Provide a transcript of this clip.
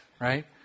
right